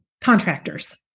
contractors